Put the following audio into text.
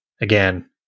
again